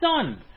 son